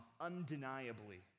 undeniably